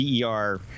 der